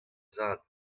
zad